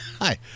Hi